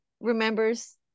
remembers